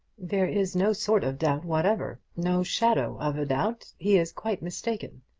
there is no sort of doubt whatsoever no shadow of a doubt. he is quite mistaken.